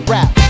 Rap